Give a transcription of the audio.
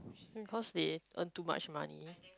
'cause they earn too much money